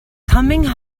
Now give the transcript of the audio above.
coming